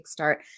kickstart